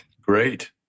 Great